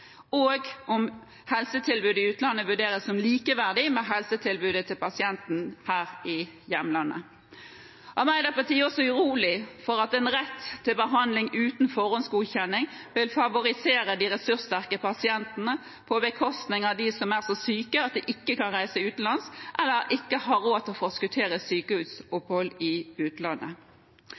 og om helsetilbudet i utlandet vurderes som likeverdig med helsetilbudet til pasienten her i hjemlandet. Arbeiderpartiet er også urolig for at en rett til behandling uten forhåndsgodkjenning vil favorisere de ressurssterke pasientene på bekostning av dem som er så syke at de ikke kan reise utenlands eller ikke har råd til å forskuttere sykehusopphold i utlandet.